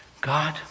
God